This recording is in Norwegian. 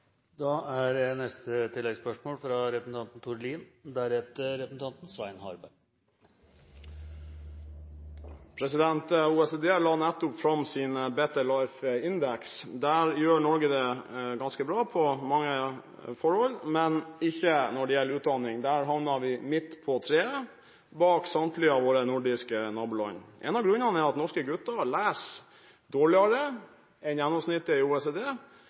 Lien – til oppfølgingsspørsmål. OECD la nettopp fram sin Better Life Index. Der gjør Norge det ganske bra på mange områder, men ikke når det gjelder utdanning. Der havner vi midt på treet, bak samtlige av våre nordiske naboland. En av grunnene er at norske gutter leser dårligere enn gjennomsnittet i OECD,